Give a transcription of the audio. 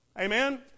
Amen